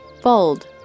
Fold